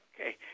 Okay